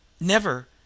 Never